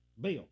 Bill